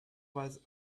was